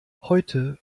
heute